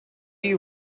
you